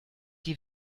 die